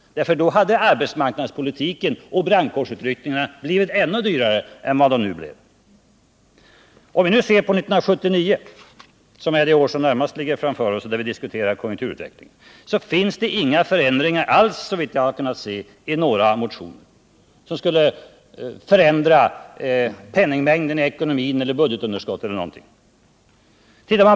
Då hade arbetsmarknadspolitiken och brandkårsutryckningarna blivit ännu dyrare än vad de nu blivit. Om vi nu ser på konjunkturutvecklingen under 1979, det år som närmast ligger framför oss och som vi nu diskuterar, föreslås det såvitt jag kan se inte i några motioner förändringar som skulle påverka penningmängden i ekonomin, budgetunderskottet eller någon liknande faktor.